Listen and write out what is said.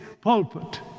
pulpit